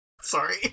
Sorry